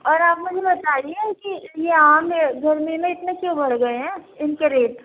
اور آپ مجھے بتائیے کہ یہ آم گرمی میں اتنے کیوں بڑھ گیے ہیں اِن کے ریٹ